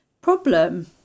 problem